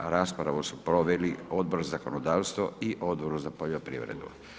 Raspravu su proveli Odbor za zakonodavstvo i Odbor za poljoprivredu.